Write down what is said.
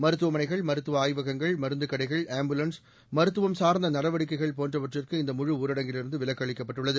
மருத்துவமனைகள் மருத்துவ ஆய்வகங்கள் மருந்துக் கடைகள் ஆம்புலன்ஸ் மருத்துவம் சார்ந்த நடவடிக்கைகள் போன்றவற்றிற்கு இந்த முழுஊரடங்கிலிருந்து விலக்களிக்கப்பட்டுள்ளது